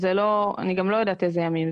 כל ההיריון הייתי במעקב ממש יום יומי